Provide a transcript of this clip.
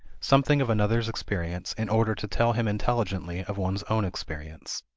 something of another's experience in order to tell him intelligently of one's own experience.